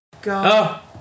God